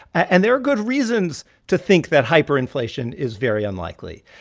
and there are good reasons to think that hyperinflation is very unlikely.